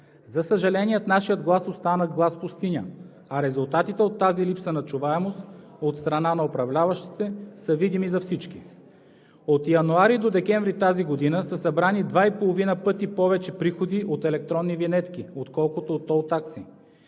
За съжаление, нашият глас остана „глас в пустиня“, а резултатите от тази липса на чуваемост от страна на управляващите са видими за всички. От януари до декември тази година са събрани 2,5 пъти повече приходи от електронни винетки, отколкото от тол такси.